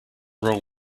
wrong